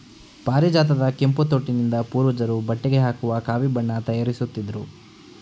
ಪಾರಿಜಾತದ ಕೆಂಪು ತೊಟ್ಟಿನಿಂದ ಪೂರ್ವಜರು ಬಟ್ಟೆಗೆ ಹಾಕುವ ಕಾವಿ ಬಣ್ಣ ತಯಾರಿಸುತ್ತಿದ್ರು